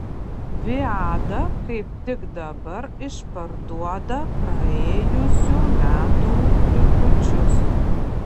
viada kaip tik dabar išparduoda praėjusių metų likučius